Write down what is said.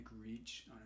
reach